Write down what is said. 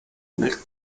nel